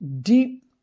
deep